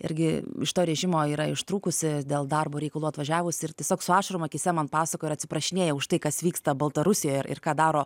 irgi iš to režimo yra ištrūkusi dėl darbo reikalų atvažiavusi ir tiesiog su ašarom akyse man pasakoja ir atsiprašinėja už tai kas vyksta baltarusijoje ir ir ką daro